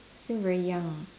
still very young